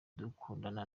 dukundana